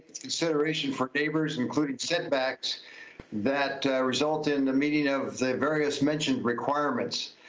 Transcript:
consideration for neighbors, including setbacks that result in the meeting of the various mentioned requirements.